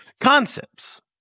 concepts